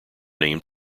named